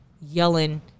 yelling